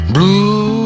Blue